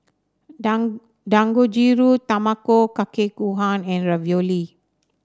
Dang Dangojiru Tamago Kake Gohan and Ravioli